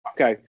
Okay